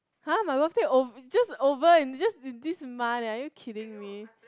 !huh! my birthday ove~ just over just this month eh are you kidding me